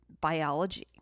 biology